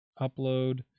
upload